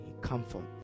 comfort